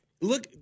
Look